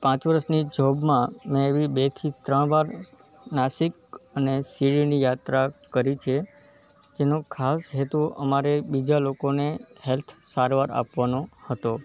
પાંચ વર્ષની જૉબમાં મેં એવી બેથી ત્રણવાર નાસિક અને શિરડી યાત્રા કરી છે જેનો ખાસ હેતુ અમારે બીજા લોકોને હૅલ્થ સારવાર આપવાનો હતો